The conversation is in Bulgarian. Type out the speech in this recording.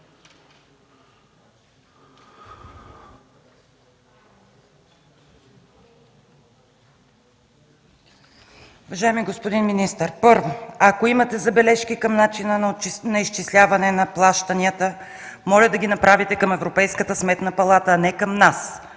Уважаеми господин министър, първо, ако имате забележки към начина на изчисляване на плащанията, моля да ги направите към Европейската сметна палата, а не към нас.